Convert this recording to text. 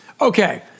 Okay